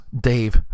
Dave